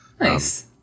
nice